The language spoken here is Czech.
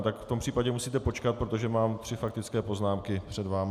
Tak v tom případě musíte počkat, protože mám tři faktické poznámky před vámi.